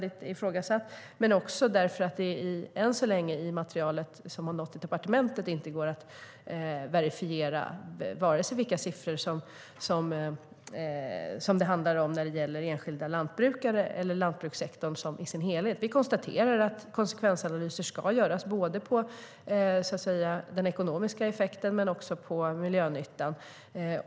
Inte heller går det än så länge i det material som har nått departementet att verifiera vilka siffror det handlar om vare sig när det gäller enskilda lantbrukare eller lantbrukssektorn i dess helhet. Vi konstaterar att konsekvensanalyser ska göras både av den ekonomiska effekten och av miljönyttan.